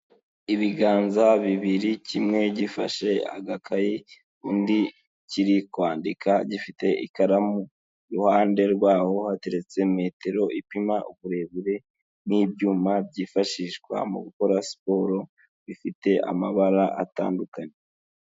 Ibiganza bibiri kimwe gifashe agakayi, ikindi kiri kwandika gifite ikaramu iruhande rwaho hateretse metero ipima uburebure n'ibyuma byifashishwa mu gukora siporo bifite amabara atandukanye.